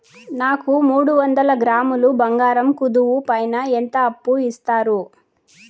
నాకు మూడు వందల గ్రాములు బంగారం కుదువు పైన ఎంత అప్పు ఇస్తారు?